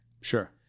Sure